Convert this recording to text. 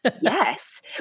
Yes